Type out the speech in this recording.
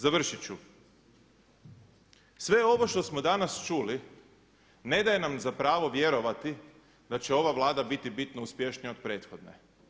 Završit ću, sve ovo što smo danas čuli ne daje nam za pravo vjerovati da će ova Vlada biti bitno uspješnija od prethodne.